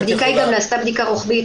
נעשתה בדיקה רוחבית,